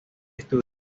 estudió